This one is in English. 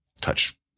touch